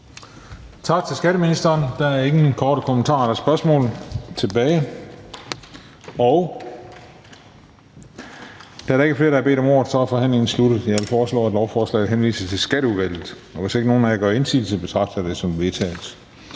Tak til skatteministeren. Der er ingen korte bemærkninger eller spørgsmål tilbage. Da der ikke er flere, der har bedt om ordet, er forhandlingen sluttet. Jeg vil foreslå, at lovforslaget henvises til Skatteudvalget. Hvis ingen gør indsigelse, betragter jeg det som vedtaget.